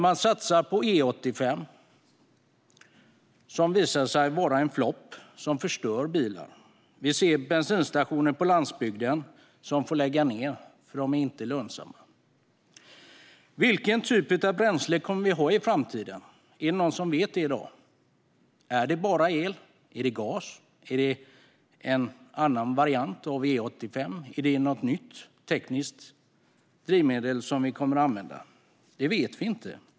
Man satsade på E85, som visade sig vara en flopp som förstör bilarna. Vi ser att bensinstationer på landsbygden läggs ned för att de inte är lönsamma. Vilken typ av bränsle kommer vi att ha i framtiden? Är det någon som vet det i dag? Är det bara el? Är det gas? Är det en annan variant av E85? Är det något nytt drivmedel som vi kommer att använda? Det vet vi inte.